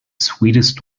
sweetest